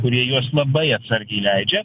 kurie juos labai atsargiai leidžia